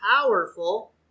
powerful